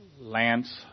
Lance